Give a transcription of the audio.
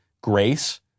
Grace